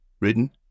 Written